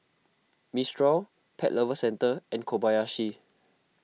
Mistral Pet Lovers Centre and Kobayashi